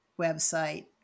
website